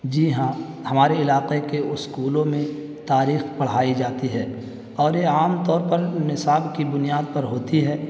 جی ہاں ہمارے علاقے کے اسکولوں میں تاریخ پڑھائی جاتی ہے اور یہ عام طور پر نصاب کی بنیاد پر ہوتی ہے